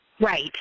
Right